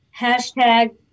hashtag